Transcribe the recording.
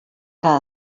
que